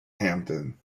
hampden